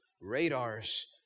radars